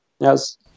yes